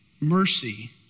mercy